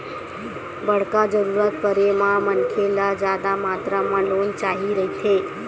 बड़का जरूरत परे म मनखे ल जादा मातरा म लोन चाही रहिथे